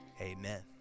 Amen